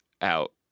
out